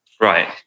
Right